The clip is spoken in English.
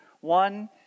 One